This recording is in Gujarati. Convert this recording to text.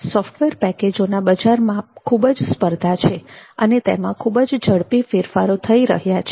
સોફ્ટવેર પેકેજોના બજારમાં ખૂબ જ સ્પર્ધા છે અને તેમાં ખૂબ જ ઝડપી ફેરફારો થઈ રહ્યા છે